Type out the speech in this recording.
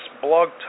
blog